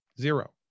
zero